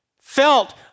felt